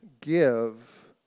give